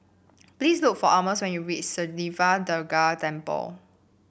please look for Almus when you reach Sri Siva Durga Temple